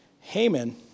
Haman